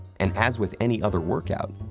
and as with any other workout,